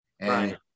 And-